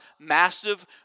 massive